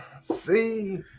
See